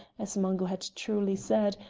as mungo had truly said,